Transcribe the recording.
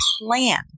plan